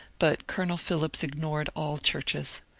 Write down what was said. but colonel phillips ignored all churches.